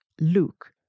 Luke